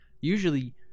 usually